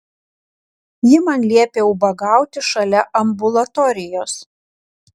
ji man liepė ubagauti šalia ambulatorijos